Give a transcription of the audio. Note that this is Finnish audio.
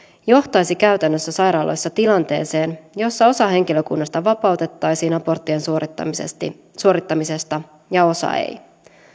johtaisi käytännössä sairaaloissa tilanteeseen jossa osa henkilökunnasta vapautettaisiin aborttien suorittamisesta suorittamisesta ja osa ei